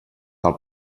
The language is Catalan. cal